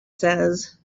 says